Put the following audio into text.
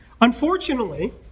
Unfortunately